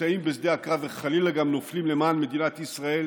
שנפצעים בשדה הקרב וחלילה גם נופלים למען מדינת ישראל,